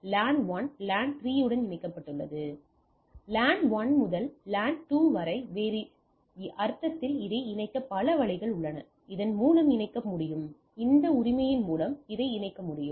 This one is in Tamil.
லேன் 1 லேன் 3 உடன் இணைக்கப்பட்டுள்ளது லேன் 1 முதல் லேன் 2 வரை வேறு அர்த்தத்தில் இதை இணைக்க பல வழிகள் உள்ளன இதை இதன் மூலம் இணைக்க முடியும் இந்த உரிமையின் மூலம் இதை இணைக்க முடியும்